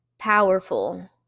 powerful